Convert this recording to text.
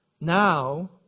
Now